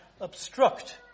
obstruct